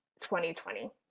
2020